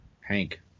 Hank